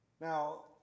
Now